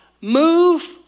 Move